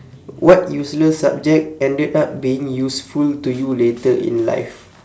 what useless subject ended up being useful to you later in life